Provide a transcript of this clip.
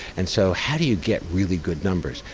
and so how do you get really good numbers?